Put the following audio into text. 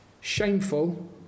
shameful